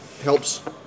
helps